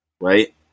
Right